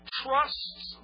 trusts